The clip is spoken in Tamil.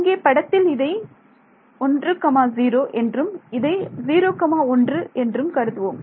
இங்கே படத்தில் இதை 10 என்றும் இதை 01 என்றும் கருதுவோம்